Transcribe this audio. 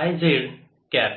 I z cap